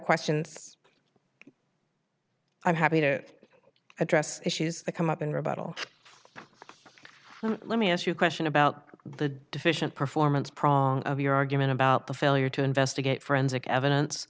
questions i'm happy to address issues come up in rebuttal let me ask you a question about the deficient performance prong of your argument about the failure to investigate forensic evidence